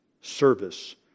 service